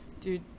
Dude